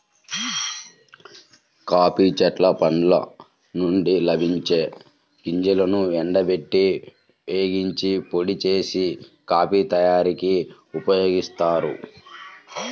coffee చెట్ల పండ్ల నుండి లభించే గింజలను ఎండబెట్టి, వేగించి, పొడి చేసి, కాఫీ తయారీకి ఉపయోగిస్తారు